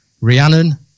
Rhiannon